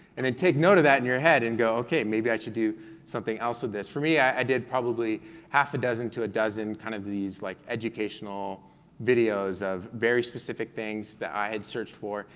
and then take note of that in your head and go, okay, maybe i should do something else with this. for me, i did probably half a dozen to a dozen kind of these like educational videos of very specific things that i had searched for,